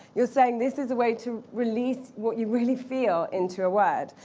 you're saying, this is a way to release what you really feel into a word.